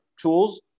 tools